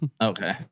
Okay